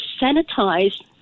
sanitize